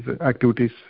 activities